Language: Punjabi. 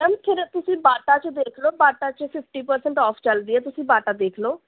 ਮੈਮ ਫਿਰ ਤੁਸੀਂ ਬਾਟਾ 'ਚ ਦੇਖ ਲਉ ਬਾਟਾ 'ਚ ਫਿਫਟੀ ਪਰਸੈਂਟ ਔਫ ਚੱਲ ਰਹੀ ਹੈ ਤੁਸੀਂ ਬਾਟਾ ਦੇਖ ਲਉ